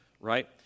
right